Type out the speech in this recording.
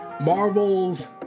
Marvel's